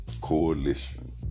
coalition